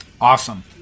Awesome